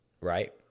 right